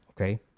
okay